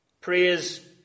Praise